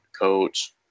coach